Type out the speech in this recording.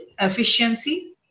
efficiency